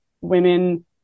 women